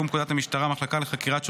פקודת המשטרה (המחלקה לחקירת שוטרים),